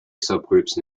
subgroups